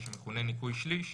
מה שמכונה ניכוי שליש,